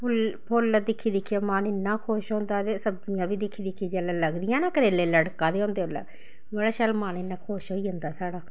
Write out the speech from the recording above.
फुल्ल दिक्खी दिक्खियै मन इन्ना खुश होंदा के सब्जियां बी दिक्खी दिक्खी जिसलै लगदियां ना करेले लढ़का दे होंदे उसलै बड़ा शैल मन इ'यां खुश होई जंदा साढ़ा